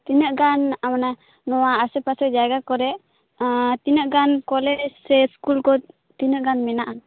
ᱛᱤᱱᱟᱹᱜ ᱜᱟᱱ ᱢᱟᱱᱮ ᱱᱚᱣᱟ ᱟᱥᱮ ᱯᱟᱥᱮ ᱡᱟᱭᱜᱟ ᱠᱚᱨᱮ ᱟᱸ ᱛᱤᱱᱟᱹᱜ ᱜᱟᱱ ᱠᱚᱞᱮᱡᱽ ᱥᱮ ᱥᱠᱩᱞ ᱠᱚ ᱛᱤᱱᱟᱹᱜ ᱜᱟᱱ ᱢᱮᱱᱟᱜ ᱟ